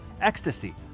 ecstasy